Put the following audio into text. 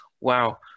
Wow